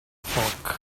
foc